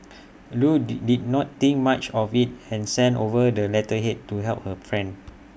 Loo did did not think much of IT and sent over the letterhead to help her friend